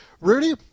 Rudy